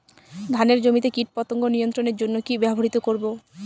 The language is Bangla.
ধানের জমিতে কীটপতঙ্গ নিয়ন্ত্রণের জন্য কি ব্যবহৃত করব?